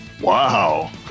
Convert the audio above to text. Wow